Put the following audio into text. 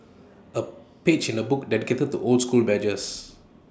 A page in the book dedicated to old school badges